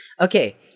Okay